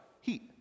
heat